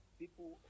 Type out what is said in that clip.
people